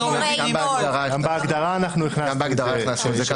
גם בהגדרה אנחנו הכנסנו את זה,